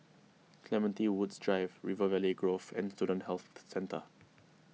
Clementi Woods Drive River Valley Grove and Student Health Centre